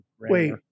Wait